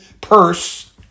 purse